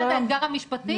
בהמשך לאתגר המשפטי,